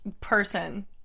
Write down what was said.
person